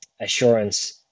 assurance